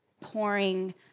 pouring